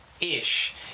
Ish